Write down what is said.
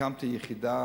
הקמתי יחידה.